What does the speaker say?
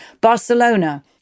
Barcelona